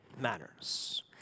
matters